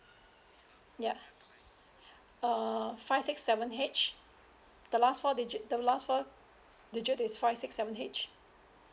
ya err five six seven H the last four digit the last four digit is five six seven H